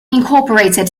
incorporated